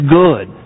good